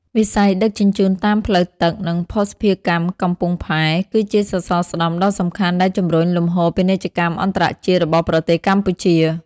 វិស័យដឹកជញ្ជូនតាមផ្លូវទឹក និងភស្តុភារកម្មកំពង់ផែ គឺជាសសរស្តម្ភដ៏សំខាន់ដែលជំរុញលំហូរពាណិជ្ជកម្មអន្តរជាតិរបស់ប្រទេសកម្ពុជា។